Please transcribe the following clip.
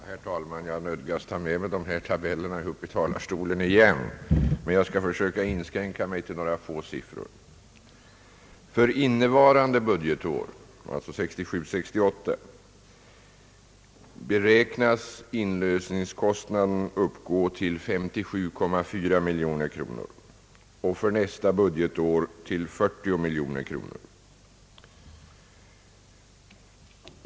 Herr talman! Jag nödgas ta med mig dessa tabeller upp i talarstolen igen, men jag skall försöka inskränka mig till några få siffror. För innevarande budgetår, alltså 1967/68, beräknas inlösningskostnaden uppgå till 57,4 miljoner kronor och för nästa budgetår till 40 miljoner kronor.